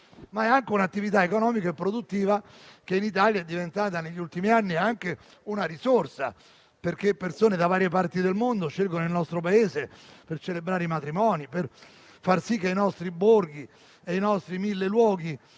ma è anche un'attività economica e produttiva che in Italia è diventata negli ultimi anni anche una risorsa, perché persone da varie parti del mondo scelgono il nostro Paese per celebrare i matrimoni, per far sì che i nostri borghi e i nostri mille luoghi